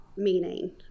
Meaning